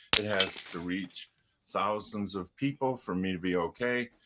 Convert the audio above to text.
it has to reach thousands of people for me to be okay,